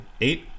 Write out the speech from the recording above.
eight